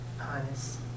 Honest